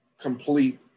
complete